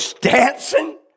dancing